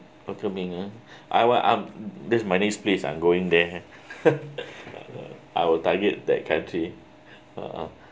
welcoming uh I want I'm that's my next place I'm going there I will target that country uh !huh!